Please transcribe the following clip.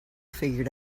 figured